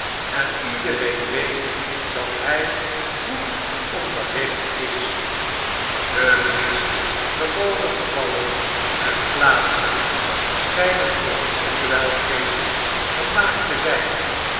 en iedereen weet dat hg goed onderricht is de meest gewone gevallen en plaatsen schgnen voor onzen kwelgeest gemaakt te zgn